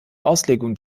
auslegung